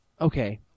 okay